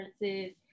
differences